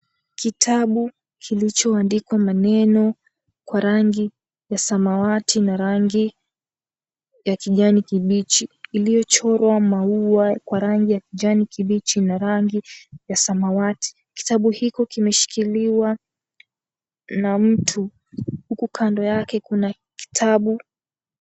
Kitabu kilichoandikwa maneno kwa rangi ya samawati na rangi ya kijani kibichi, iliyochorwa maua kwa rangi ya kijani kibichi na rangi ya samawati. Kitabu hiko kimeshikiliwa na mtu, huku kando yake kuna kitabu.